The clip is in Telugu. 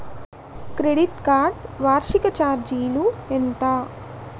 క్రెడిట్ కార్డ్ వార్షిక ఛార్జీలు ఎంత?